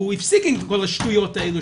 הוא הפסיק עם כל השטויות האלה,